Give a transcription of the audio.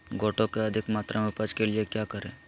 गोटो की अधिक मात्रा में उपज के लिए क्या करें?